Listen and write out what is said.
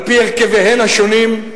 על-פי הרכביהן השונים,